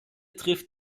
trifft